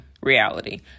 reality